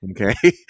okay